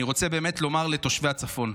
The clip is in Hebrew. אני רוצה באמת לומר לתושבי הצפון,